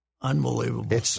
Unbelievable